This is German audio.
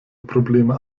probleme